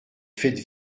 faites